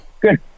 good